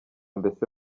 mbese